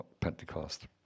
Pentecost